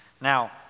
Now